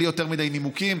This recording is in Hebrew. בלי יותר מדי נימוקים,